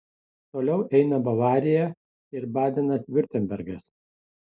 toliau eina bavarija ir badenas viurtembergas